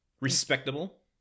respectable